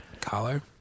collar